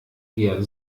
eher